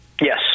yes